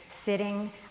sitting